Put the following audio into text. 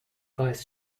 vice